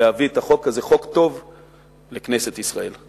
להביא את החוק לכנסת ישראל.